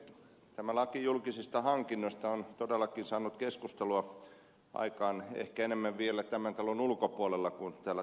tämä laki julkisista hankinnoista on todellakin saanut keskustelua aikaan ehkä enemmän vielä tämän talon ulkopuolella kuin täällä talossa